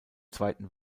zweiten